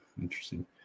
interesting